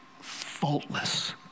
faultless